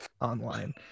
online